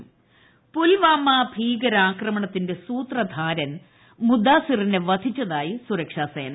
പുൽവാമ പുൽവാമ ഭീകരാക്രമണ്ത്തിന്റെ സൂത്രധാരൻ മുദാസിറിനെ വധിച്ചതായി സുരക്ഷാസേന